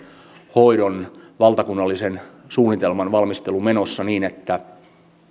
hoidon valtakunnallisen suunnitelman valmistelu menossa niin että